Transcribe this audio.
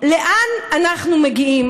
לאן אנחנו מגיעים?